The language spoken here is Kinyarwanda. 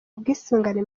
ubwisungane